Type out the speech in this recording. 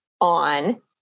on